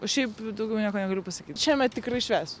o šiaip daugiau nieko negaliu pasakyt šiemet tikrai švęsiu